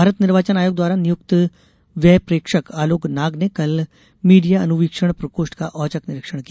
भारत निर्वाचन आयोग द्वारा क्षेत्रों नियुक्त व्यय प्रेक्षक अलोक नाग ने कल मीडिया अनुवीक्षण प्रकोष्ठ का औचक निरीक्षण किया